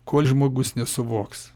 kol žmogus nesuvoks